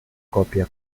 coppia